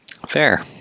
Fair